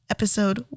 Episode